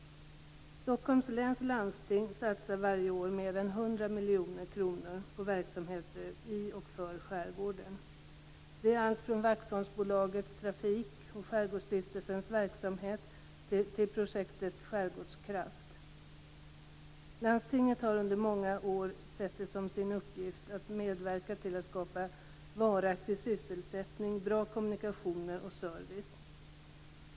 Stockholms läns landsting satsar varje år mer än 100 miljoner kronor på verksamheter i och för skärgården. Det är allt från Waxholmsbolagets trafik och Skärgårdsstiftelsens verksamhet till projektet Skärgårdskraft. Landstinget har under många år sett som sin uppgift att medverka till att i skärgården skapa varaktig sysselsättning, bra kommunikationer och service.